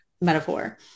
metaphor